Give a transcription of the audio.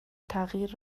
تغییر